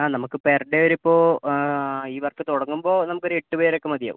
ആ നമുക്ക് per day ഒരു ഇപ്പോൾ ഈ വർക്ക് തുടങ്ങുമ്പോൾ നമുക്കൊരു എട്ട് പേരൊക്കെ മതിയാവും